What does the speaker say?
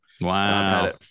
Wow